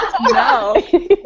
No